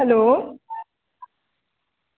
hello